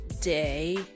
day